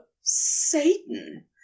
Satan